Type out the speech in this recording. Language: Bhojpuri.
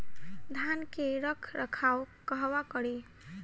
धान के रख रखाव कहवा करी?